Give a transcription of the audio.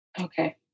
okay